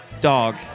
dog